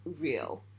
real